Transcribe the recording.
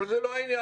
אבל זה לא העניין.